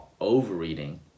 overeating